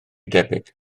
debyg